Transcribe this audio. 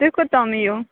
تُہۍ کوٚتام یِیِو